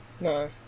No